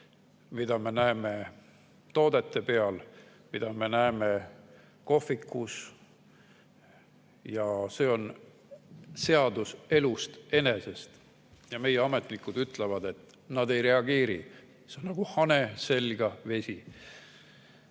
mida me näeme toodete peal, mida me näeme kohvikus – see on seadus elust enesest. Meie ametnikud ütlevad, et [trahvi saajad] ei reageeri, see on nagu hane selga vesi.